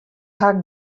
haw